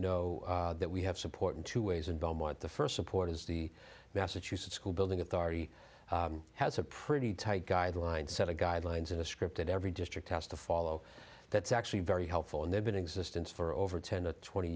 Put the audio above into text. know that we have support in two ways and belmont the first support is the massachusetts school building authority has a pretty tight guideline set of guidelines in a script that every district has to follow that's actually very helpful and they've been in existence for over ten to twenty